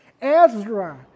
Ezra